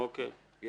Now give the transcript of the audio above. או גורמים ספציפיים,